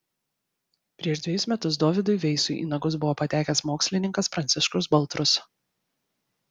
prieš dvejus metus dovydui veisui į nagus buvo patekęs mokslininkas pranciškus baltrus